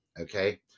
Okay